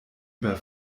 über